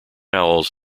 owls